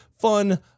fun